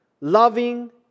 loving